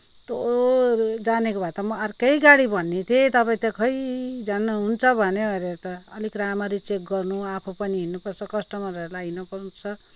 यस्तो जानेको भए त म अर्कै गाडीमा भन्ने थिएँ तापईँ त खोइ झन् हुन्छ भन्यो भरे त अलिक राम्ररी चेक गर्नु आफू पनि हिँड्नु पर्छ कस्टमरहरूलाई हिँड्नु पर्छ